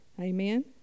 Amen